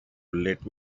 let